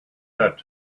third